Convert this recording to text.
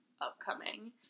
upcoming